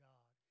God